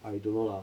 I don't know lah